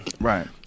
Right